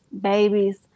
babies